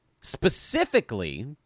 Specifically